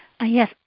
Yes